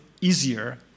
easier